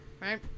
Right